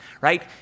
right